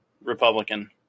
Republican